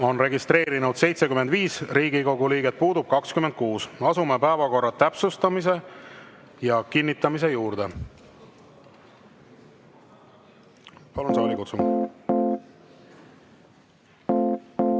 on registreerunud 75 Riigikogu liiget, puudub 26. Asume päevakorra täpsustamise ja kinnitamise juurde. Palun saalikutsung!